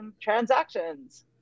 transactions